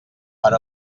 per